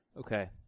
Okay